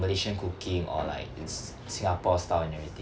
malaysian cooking or like it's s~ singapore style and everything